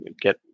get